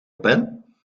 pen